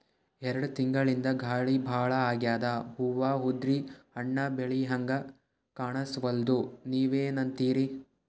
ಎರೆಡ್ ತಿಂಗಳಿಂದ ಗಾಳಿ ಭಾಳ ಆಗ್ಯಾದ, ಹೂವ ಉದ್ರಿ ಹಣ್ಣ ಬೆಳಿಹಂಗ ಕಾಣಸ್ವಲ್ತು, ನೀವೆನಂತಿರಿ?